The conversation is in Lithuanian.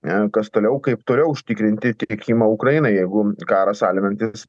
ne kas toliau kaip toliau užtikrinti tiekimą ukrainai jeigu karas alinantis